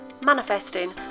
manifesting